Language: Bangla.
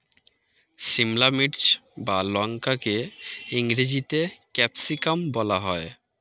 সিমলা মির্চ বা লঙ্কাকে ইংরেজিতে ক্যাপসিকাম বলা হয়